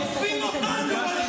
תוקפים אותנו על הממשלה שלכם.